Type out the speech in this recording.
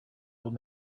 old